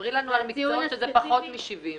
-- ספרי לנו על מקצועות שזה פחות מ-70.